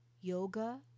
yoga